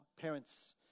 parents